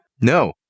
No